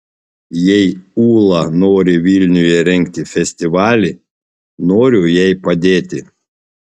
jei ūla nori vilniuje rengti festivalį noriu jai padėti